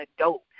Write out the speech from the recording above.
adult